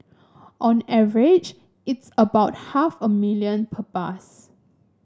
on average it's about half a million per bus